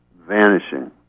vanishing